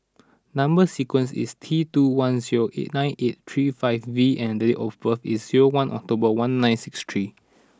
number sequence is T two one zero nine eight three five V and date of birth is zero one October one nine six three